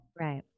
Right